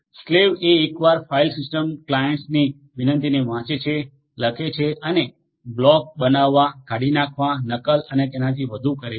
slaves એ એકવાર file system ક્લાયન્ટ્સની વિનંતીને વાંચે છે લખે છે અને બ્લોક બનાવવા કાઢી નાખવા નકલ અને તેનાથી વધુ કરે છે